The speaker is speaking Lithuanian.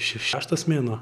š šeštas mėnuo